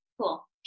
Cool